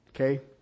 okay